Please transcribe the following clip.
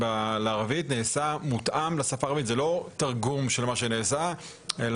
אני חושב שאם באמת הממשלה תתקצב סכומים